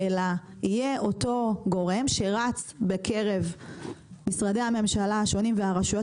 אלא יהיה אותו גורם שרץ בקרב משרדי הממשלה השונים והרשויות